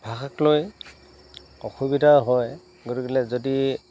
ভাষাক লৈ অসুবিধা হয় গতিকেলৈ যদি